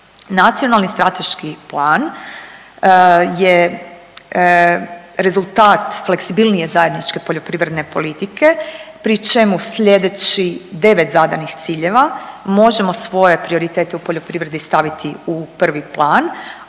Nacionalni strateški plan je rezultat fleksibilnije zajedničke poljoprivredne politike pri čemu slijedeći 9 zadanih ciljeva možemo svoje prioritete u poljoprivredi staviti u prvi plan,